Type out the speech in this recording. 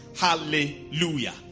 Hallelujah